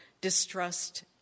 distrust